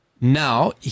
Now